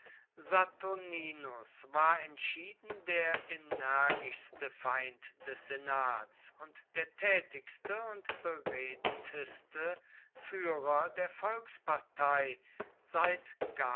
saturninus war entschieden der energischste feind des senats und der tätigste und beredteste führer der volkspartei seit